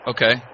Okay